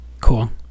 Cool